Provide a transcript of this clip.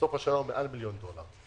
בסוף השנה היא מעל מיליון דולר.